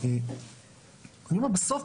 בסוף,